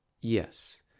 Yes